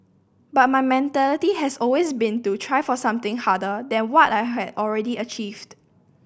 but my mentality has always been to try for something harder than what I had already achieved